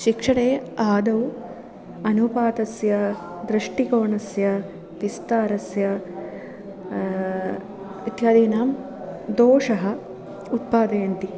शिक्षणे आदौ अनुपातस्य दृष्टिकोनस्य विस्तारस्य इत्यादीनां दोषम् उत्पादयन्ति